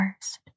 first